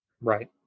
Right